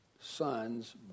son's